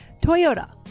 Toyota